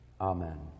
Amen